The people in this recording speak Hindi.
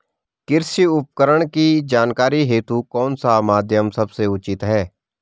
कृषि उपकरण की जानकारी हेतु कौन सा माध्यम सबसे उचित है?